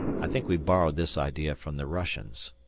i think we borrowed this idea from the russians.